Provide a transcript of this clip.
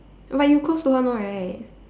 but you close to her no right